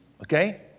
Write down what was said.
okay